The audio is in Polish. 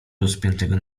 rozpiętego